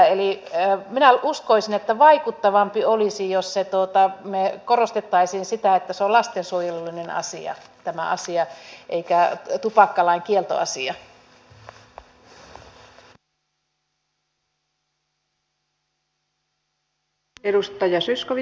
eli minä uskoisin että vaikuttavampaa olisi jos me korostaisimme sitä että tämä asia on lastensuojelullinen asia eikä tupakkalain kieltoasia